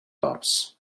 bumps